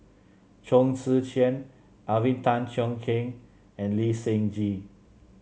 Chong Tze Chien Alvin Tan Cheong Kheng and Lee Seng Gee